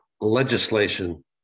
legislation